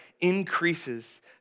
increases